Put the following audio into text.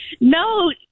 No